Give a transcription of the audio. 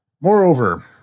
Moreover